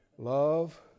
Love